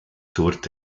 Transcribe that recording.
tourt